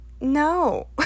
no